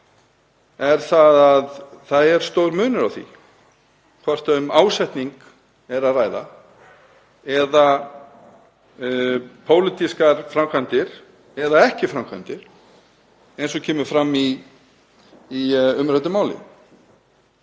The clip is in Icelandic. er að það er stór munur á því hvort um ásetning er að ræða eða pólitískar framkvæmdir — eða ekki framkvæmdir, eins og kemur fram í umræddu máli.